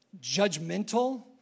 judgmental